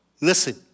Listen